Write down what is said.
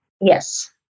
Yes